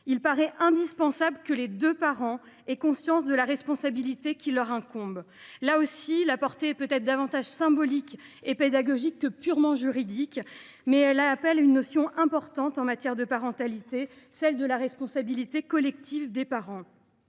en effet indispensable que les deux parents aient conscience de la responsabilité qui leur incombe. La portée de cet article est peut être davantage symbolique et pédagogique que purement juridique, mais elle souligne la notion primordiale en matière de parentalité qu’est celle de responsabilité collective des parents.